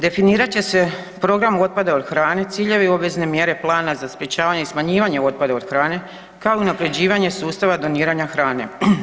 Definirat će se program otpada od hrane, ciljevi i obvezne mjere plana za sprječavanje smanjivanja otpada od hrane kao i unapređivanje sustava doniranja hrane.